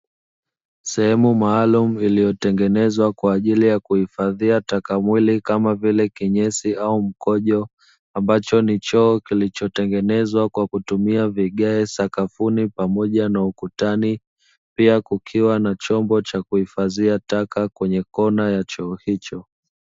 Sehemu maalumu iliyotengenezwa kwa ajili ya kuhifadhia taka mwili kama vile, kinyesi au mkojo, ambacho ni choo kilichotengenezwa kwa kutumia vigae sakafuni pamoja na ukutani, pia kukiwa na chombo cha kuhifadhia taka kwenye kona ya choo hicho.